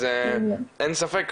אז אין ספק,